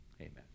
Amen